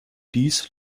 dies